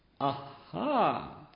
aha